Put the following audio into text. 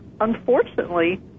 unfortunately